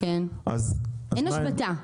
אין השבתה?